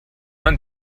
man